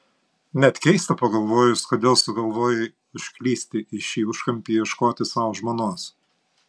net keista pagalvojus kodėl sugalvojai užklysti į šį užkampį ieškoti sau žmonos